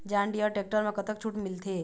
John Deere tractor म कतक छूट मिलथे?